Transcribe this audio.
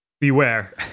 Beware